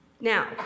Now